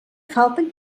falten